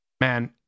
man